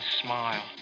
smile